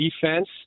defense